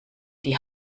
die